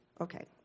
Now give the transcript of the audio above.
Okay